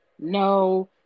No